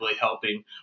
helping